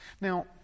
Now